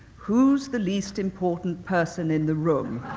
who's the least important person in the room?